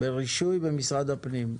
ברישוי במשרד הפנים.